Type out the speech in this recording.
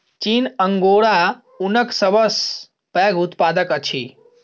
चीन अंगोरा ऊनक सब सॅ पैघ उत्पादक अछि